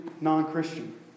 non-Christian